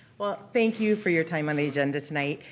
well thank you for your time on the agenda tonight.